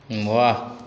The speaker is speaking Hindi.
वाह